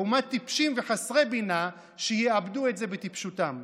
לעומת טיפשים וחסרי בינה שיאבדו את זה בטיפשותם.